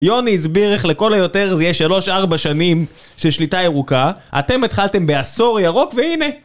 יוני הסביר איך לכל היותר זה יהיה שלוש ארבע שנים של שליטה ירוקה, אתם התחלתם בעשור ירוק, והנה